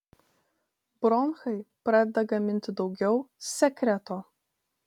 bronchai pradeda gaminti daugiau sekreto